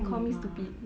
oh !wow!